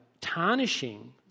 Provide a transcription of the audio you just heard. tarnishing